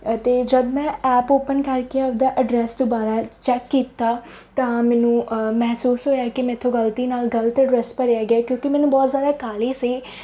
ਅਤੇ ਜਦੋਂ ਮੈਂ ਐਪ ਓਪਨ ਕਰਕੇ ਆਪਦਾ ਅਡਰੈਸ ਦੁਬਾਰਾ ਚੈੱਕ ਕੀਤਾ ਤਾਂ ਮੈਨੂੰ ਮਹਿਸੂਸ ਹੋਇਆ ਕਿ ਮੈਥੋਂ ਗਲਤੀ ਨਾਲ ਗਲਤ ਡਰੈਸ ਭਰਿਆ ਗਿਆ ਕਿਉਂਕਿ ਮੈਨੂੰ ਬਹੁਤ ਜ਼ਿਆਦਾ ਕਾਹਲੀ ਸੀ